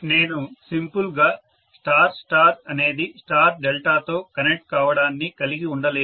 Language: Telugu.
నేను సింపుల్ గా స్టార్ స్టార్ అనేది స్టార్ డెల్టా తో కనెక్ట్ కావడాన్ని కలిగి ఉండలేను